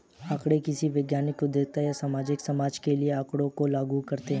आंकड़े किसी वैज्ञानिक, औद्योगिक या सामाजिक समस्या के लिए आँकड़ों को लागू करते है